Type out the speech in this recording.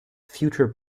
future